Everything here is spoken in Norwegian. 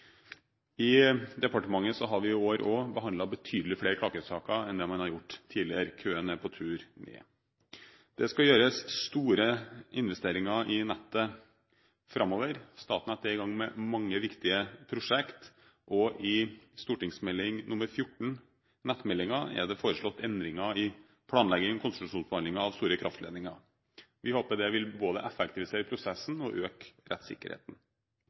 I departementet har vi i år behandlet betydelig flere klagesaker enn det man har gjort tidligere. Køen er på tur ned. Det skal gjøres store investeringer i nettet framover. Statnett er i gang med mange viktige prosjekter. I Meld. St. 14 for 2011–2012, nettmeldingen, er det foreslått endringer i planleggingen og konsesjonsbehandlingen av store kraftledninger. Vi håper det vil både effektivisere prosessen og øke rettssikkerheten.